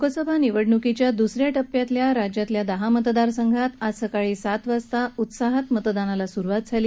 लोकसभा निवडणुकीच्या दुसऱ्या टप्प्यातल्या राज्यातल्या दहा मतदारसंघात आज सकाळी सात वाजता उत्साहात मतदान सुरू झालं